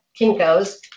Kinkos